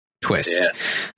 twist